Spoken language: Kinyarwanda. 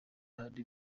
hari